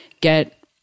get